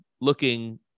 looking